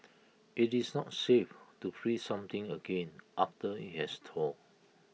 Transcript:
IT is not safe to freeze something again after IT has thawed